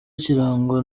kirangwa